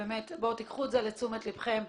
קחו זה לתשומת לבכם,